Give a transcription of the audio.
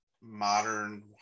modern